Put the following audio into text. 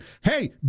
Hey